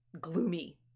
gloomy